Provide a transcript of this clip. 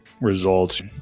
results